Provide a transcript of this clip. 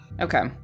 Okay